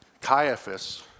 Caiaphas